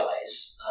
guys